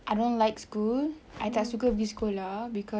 I don't like school I tak suka pergi sekolah cause